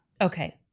Okay